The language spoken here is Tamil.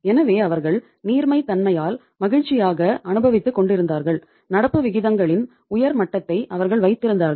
எனவே அவர்கள் நீர்மைத்தமையால் மகிழ்ச்சியாக அனுபவித்துக்கொண்டிருந்தார்கள் நடப்பு விகிதங்களின் உயர் மட்டத்தை அவர்கள் வைத்திருந்தார்கள்